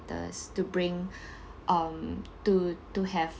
does to bring um to to have